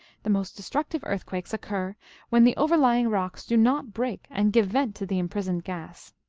the most destructive earthquakes occur when the overlying rocks do not break and give vent to the imprisoned gas.